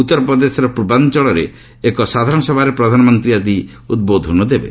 ଉତ୍ତର ପ୍ରଦେଶର ପୂର୍ବାଞ୍ଚଳ ଅଞ୍ଚଳରେ ଏକ ସାଧାରଣ ସଭାରେ ପ୍ରଧାନମନ୍ତ୍ରୀ ଆଜି ଉଦ୍ବୋଧନ ଦେବେ